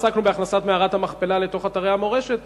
עסקנו בהכללת מערת המכפלה באתרי המורשת,